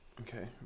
okay